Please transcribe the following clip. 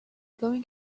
going